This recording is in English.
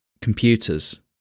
computers